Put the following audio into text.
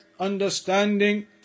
Understanding